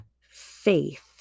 faith